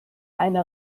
meine